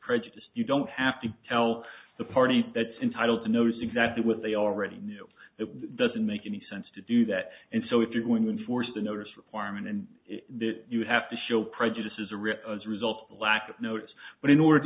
prejudice you don't have to tell the parties that entitle to knows exactly what they already knew that doesn't make any sense to do that and so if you're going to enforce the notice requirement and you have to show prejudice is a real result of a lack of notice but in order